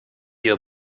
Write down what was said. you